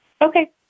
Okay